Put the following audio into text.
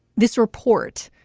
this report,